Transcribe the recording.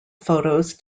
photos